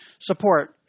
support